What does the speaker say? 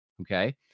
okay